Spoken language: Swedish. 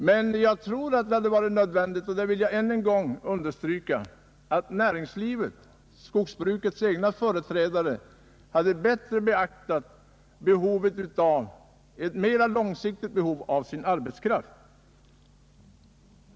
Men jag vill än en gång understryka att det hade varit angeläget att skogsbrukets egna företrädare bättre beaktat sitt mera långsiktiga behov av arbetskraft.